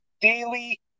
daily